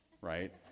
right